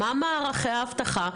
מה מערכי האבטחה,